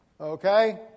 okay